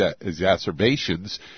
exacerbations